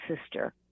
sister